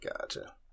gotcha